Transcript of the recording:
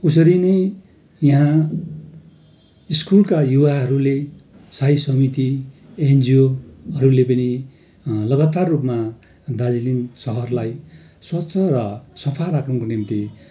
उसरी नै यहाँ स्कुलका युवाहरूले साई समिति एनजिओहरूले पनि लगातार रूपमा दार्जिलिङ सहरलाई स्वच्छ र सफा राख्नुको निम्ति